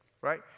right